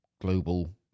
global